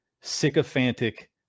sycophantic